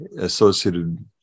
associated